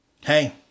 Hey